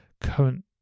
current